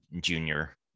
junior